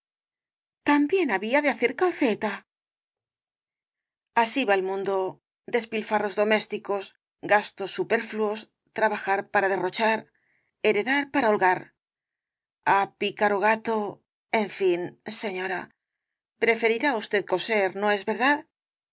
también había de hacer calceta así va el mundo despilfarras domésticos gastos superfluos trabajar para derrochar heredar para holgar ah picaro gato en fin señora preferirá usted coser no es verdad